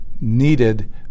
needed